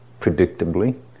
predictably